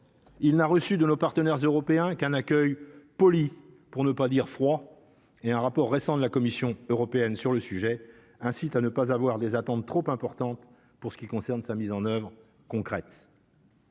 Il n'a reçu de nos partenaires européens, qu'un accueil Poli pour ne pas dire froid et un rapport récent de la Commission européenne sur le sujet, incite à ne pas avoir des attentes trop importantes pour ce qui concerne sa mise en oeuvre concrète.